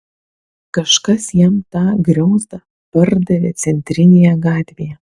kažkas jam tą griozdą pardavė centrinėje gatvėje